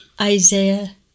Isaiah